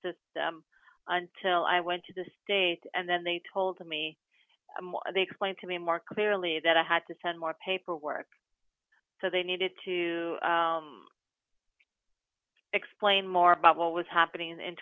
system until i went to the state and then they told me they explained to me more clearly that i had to send more paperwork so they needed to explain more about what was happening